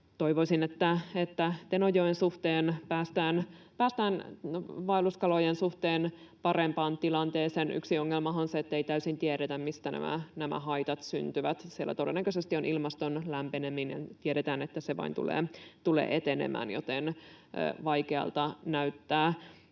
Toivoisin, että Tenojoen suhteen päästään vaelluskalojen suhteen parempaan tilanteeseen. Yksi ongelmahan on se, ettei täysin tiedetä, mistä nämä haitat syntyvät. Siellä todennäköisesti on ilmaston lämpeneminen, ja tiedetään, että se vain tulee etenemään, joten vaikealta näyttää.